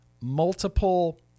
multiple